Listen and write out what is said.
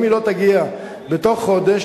אם היא לא תגיע בתוך חודש,